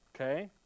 okay